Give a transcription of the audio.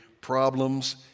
problems